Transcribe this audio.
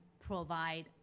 provide